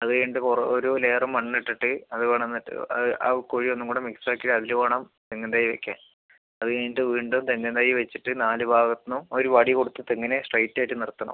അത് കഴിഞ്ഞിട്ട് കുറേ ഒരു ലെയർ മണ്ണ് ഇട്ടിട്ട് അത് കൊണ്ടു വന്നിട്ട് അത് ആ കുഴി ഒന്നും കൂടി മിക്സ് ആക്കി അതിൽ വേണം തെങ്ങിൻ തൈ വെയ്ക്കാൻ അത് കഴിഞ്ഞിട്ട് വീണ്ടും തെങ്ങിൻ തൈ വെച്ചിട്ട് നാല് ഭാഗത്തു നിന്നും ഒരു വടി കൊടുത്ത് തെങ്ങിനെ സ്ട്രൈറ്റ് ആയിട്ട് നിർത്തണം